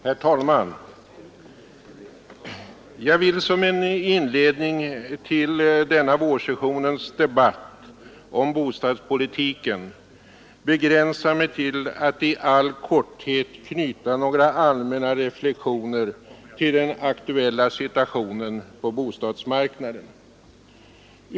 Herr talman! Jag vill som en inledning till denna vårsessionens debatt om bostadspolitiken begränsa mig till att i all korthet knyta några allmänna reflexioner till den aktuella situationen på bostadsmarknaden.